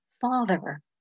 father